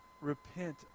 Repent